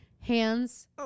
hands